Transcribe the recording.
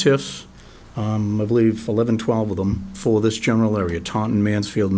tips leave eleven twelve of them for this general area taunton mansfield